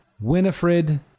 winifred